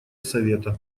совета